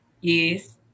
yes